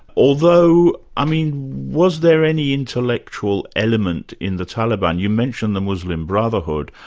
although i mean was there any intellectual element in the taliban? you mentioned the muslim brotherhood,